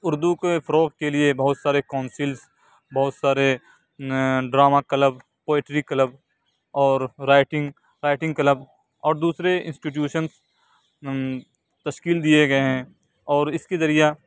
اردو کے فروغ کے لیے بہت سارے کونسلس بہت سارے ڈراما کلب پوئیٹری کلب اور رائٹنگ رائٹنگ کلب اور دوسرے انسٹیٹیوشنس تشکیل دیے گئے ہیں اور اس کے ذریعہ